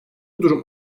durum